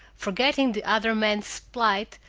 forgetting the other man's plight,